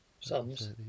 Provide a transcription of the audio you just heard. Sums